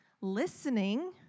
listening